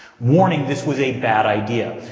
warning this was a bad idea.